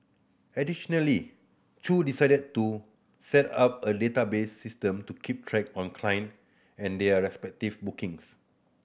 additionally Chew decided to set up a database system to keep track on client and their respective bookings